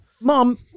mom